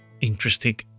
interesting